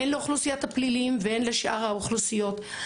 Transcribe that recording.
הן לאוכלוסיית הפליליים והן לשאר האוכלוסיות.